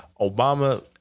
Obama